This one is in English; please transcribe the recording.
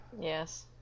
Yes